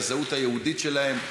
את הזהות היהודית שלהם,